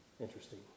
Interesting